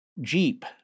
Jeep